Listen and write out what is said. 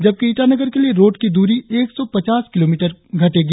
जबकि ईटानगर के लिए रोड की दूरी एक सौ पचास किलोमीटर घटेगी